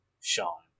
Sean